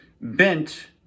bent